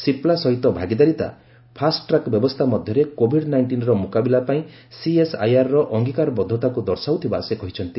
ସିପ୍ଲା ସହିତ ଭାଗିଦାରିତା ଫାଷ୍ଟ୍ରାକ୍ ବ୍ୟବସ୍ଥା ମଧ୍ୟରେ କୋଭିଡ୍ ନାଇଷ୍ଟିନ୍ର ମୁକାବିଲା ପାଇଁ ସିଏସ୍ଆଇଆର୍ର ଅଙ୍ଗୀକାରବଦ୍ଧତାକୁ ଦର୍ଶାଉଥିବା ସେ କହିଛନ୍ତି